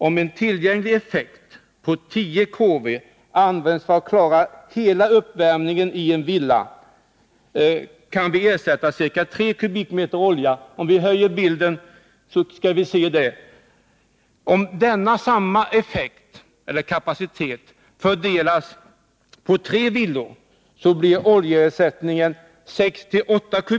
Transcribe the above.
Om en tillgänglig effekt på 10 kW används för att klara hela uppvärmningen i en villa, kan vi ersätta ca 3 m? olja per år. Om samma kapacitet fördelas på tre villor, blir oljeersättningen 6-8 m?